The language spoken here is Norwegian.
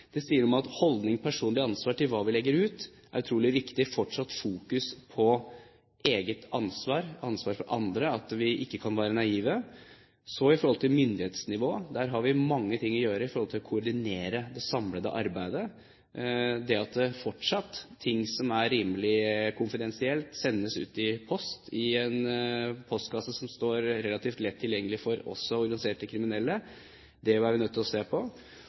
det sier noe om at holdningen til det vi legger ut, er viktig. Det er utrolig viktig fortsatt å fokusere på det personlige ansvaret og på ansvaret for andre. Vi må ikke være naive. Så til myndighetsnivå. Der har vi mange ting å gjøre når det gjelder å koordinere det samlede arbeidet. Det at ting som er rimelig konfidensielle, fortsatt sendes ut i post, i en postkasse som står relativt lett tilgjengelig også for organiserte kriminelle, er vi nødt til å se på.